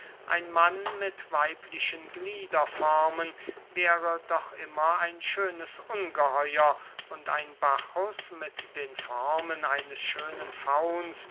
ein mann mit weiblichen gliederformen wäre doch immer ein schönes ungeheuer und ein bacchus mit den formen eines schönen fauns